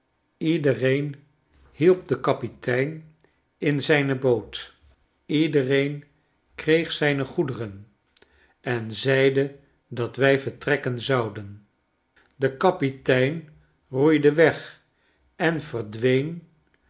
iedereen hielp den kapitein in zijne boot iedereefrkreeg zijne goederen en zeide dat wij vertrekken zouden de kapitein roeide weg en verdween